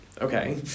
okay